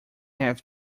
have